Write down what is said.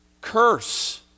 Curse